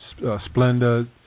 Splenda